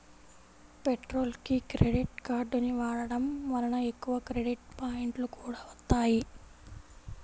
పెట్రోల్కి క్రెడిట్ కార్డుని వాడటం వలన ఎక్కువ క్రెడిట్ పాయింట్లు కూడా వత్తాయి